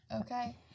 Okay